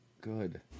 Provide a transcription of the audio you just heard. good